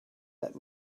let